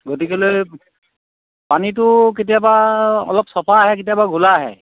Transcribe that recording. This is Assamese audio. গতিকেলৈ পানীটো কেতিয়াবা অলপ চফা আহে কেতিয়াবা ঘোলা আহে